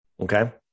Okay